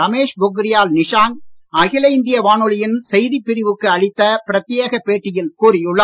ரமேஷ் பொக்ரியால் நிஷாங்க் அகில இந்திய வானொலியின் செய்திப் பிரிவுக்கு அளித்த பிரத்தியேக பேட்டியில் கூறியுள்ளார்